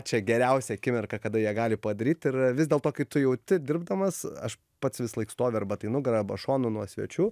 čia geriausia akimirka kada jie gali padaryt ir vis dėlto kai tu jauti dirbdamas aš pats visąlaik stoviu arba tai nugara arba šonu nuo svečių